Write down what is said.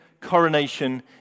coronation